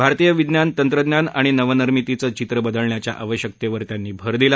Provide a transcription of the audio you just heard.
भारतीय विज्ञान तंत्रज्ञान आणि नवनिर्मितीचं चित्र बदलण्याच्या आवश्यकतेवर त्यांनी भर दिला